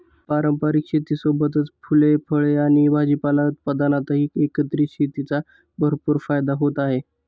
पारंपारिक शेतीसोबतच फुले, फळे आणि भाजीपाला उत्पादनातही एकत्रित शेतीचा भरपूर फायदा होत आहे